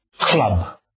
club